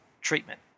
treatment